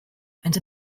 and